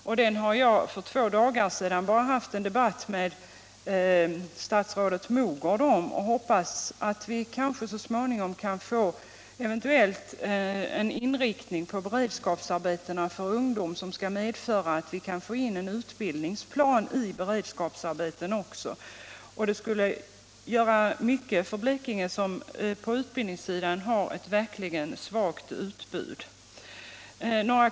Jag har för bara två dagar sedan haft en debatt med statsrådet Mogård om den och hoppas att vi kanske så småningom skall kunna få in också en utbildningsplan i beredskapsarbetena för ungdom. Det skulle betyda mycket för Blekinge, som verkligen har ett svagt utbud på utbildningssidan.